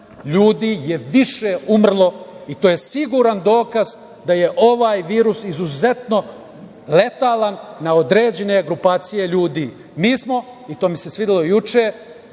ljudi je više umrlo i to je siguran dokaz da je ovaj virus izuzetno letalan na određene grupacije ljudi. Mi smo, i to mi se svidelo juče,